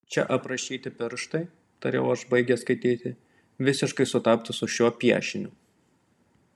čia aprašyti pirštai tariau aš baigęs skaityti visiškai sutaptų su šiuo piešiniu